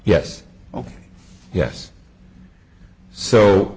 yes ok yes so